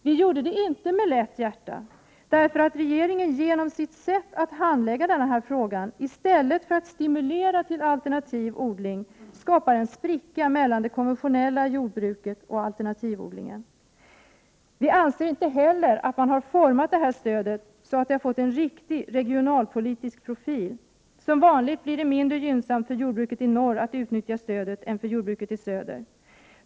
Vi gjorde det inte med lätt hjärta, därför att regeringen genom sitt sätt att handlägga den här frågan i stället för att stimulera alternativ odling skapar en spricka mellan det konventionella jordbruket och alternativodlingen. Vi anser inte heller att stödet utformats så att det fått en riktig regionalpolitisk profil; som vanligt blir det mindre gynnsamt för jordbruket i norr att utnyttja stödet än för jordbruket i söder.